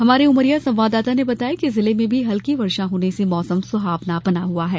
हमारे उमरिया संवाददाता ने बताया है कि जिले में भी हल्की वर्षा होने से मौसम सुहावना हो गया है